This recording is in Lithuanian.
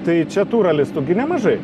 tai čia tų ralistų nemažai